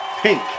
pink